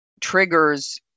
triggers